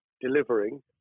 delivering